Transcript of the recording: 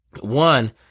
One